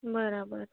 બરાબર